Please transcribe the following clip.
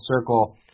circle –